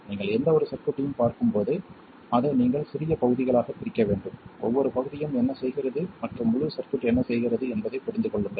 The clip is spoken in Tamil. நீங்கள் எந்த ஒரு சர்க்யூட்டையும் பார்க்கும்போது அதை நீங்கள் சிறிய பகுதிகளாக பிரிக்க வேண்டும் ஒவ்வொரு பகுதியும் என்ன செய்கிறது மற்றும் முழு சர்க்யூட் என்ன செய்கிறது என்பதைப் புரிந்து கொள்ளுங்கள்